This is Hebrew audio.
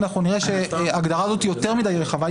אנחנו נראה שההגדרה הזו היא יותר מדי רחבה.